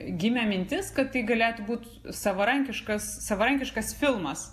gimė mintis kad tai galėtų būt savarankiškas savarankiškas filmas